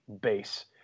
base